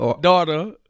daughter